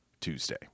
Tuesday